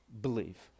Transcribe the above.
believe